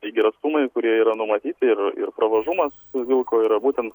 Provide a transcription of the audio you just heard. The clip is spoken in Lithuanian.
taigi ir atstumai kurie yra numatyti ir ir pravažumas vilko yra būtent